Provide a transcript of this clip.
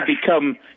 become